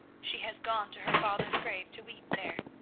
she has gone to her father's grave to weep there.